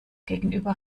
gegenüber